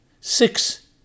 six